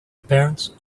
appearance